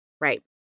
Right